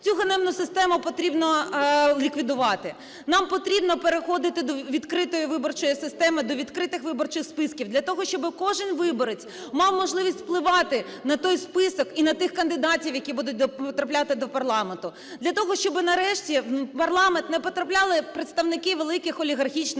Цю ганебну систему потрібно ліквідувати. Нам потрібно переходити до відкритої виборчої системи, до відкритих виборчих списків для того, щоб кожен виборець мав можливість впливати на той список і на тих кандидатів, які будуть потрапляти до парламенту; для того, щоб нарешті в парламент не потрапляли представники великих олігархічних